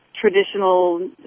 traditional